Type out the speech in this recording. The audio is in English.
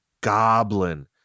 Goblin